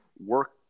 work